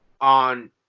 on